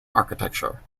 architecture